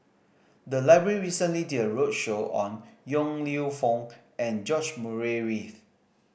the library recently did a roadshow on Yong Lew Foong and George Murray Reith